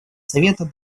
совета